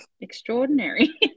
extraordinary